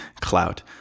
clout